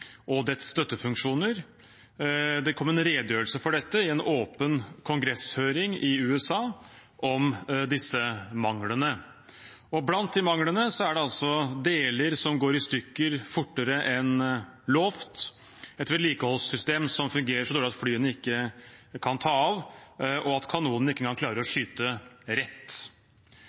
dets støttefunksjoner. Det kom en redegjørelse for dette i en åpen kongresshøring i USA om disse manglene. Blant de manglene er det deler som går i stykker fortere enn lovet, et vedlikeholdssystem som fungerer så dårlig at flyene ikke kan ta av, og at kanonene ikke kan klare å skyte rett.